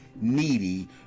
needy